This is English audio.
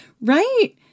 right